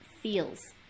feels